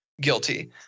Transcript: guilty